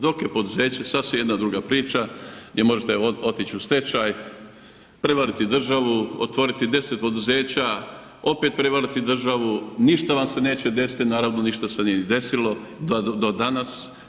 Dok je poduzeće sasvim jedna druga priča gdje možete otići u stečaj, prevariti državu, otvoriti 10 poduzeća, opet prevariti državu, ništa vam se neće deseti naravno, ništa se nije ni desilo do danas.